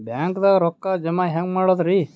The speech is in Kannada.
ಬ್ಯಾಂಕ್ದಾಗ ರೊಕ್ಕ ಜಮ ಹೆಂಗ್ ಮಾಡದ್ರಿ?